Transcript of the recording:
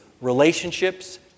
relationships